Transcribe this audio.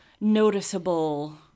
noticeable